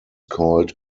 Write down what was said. called